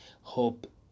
hope